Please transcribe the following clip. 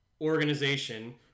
organization